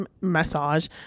massage